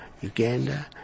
Uganda